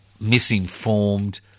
misinformed